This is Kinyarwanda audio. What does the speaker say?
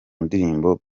ndirimbo